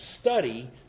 study